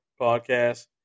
podcast